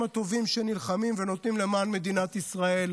הטובים שנלחמים ונותנים למען מדינת ישראל,